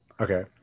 Okay